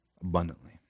abundantly